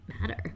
matter